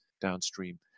downstream